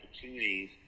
opportunities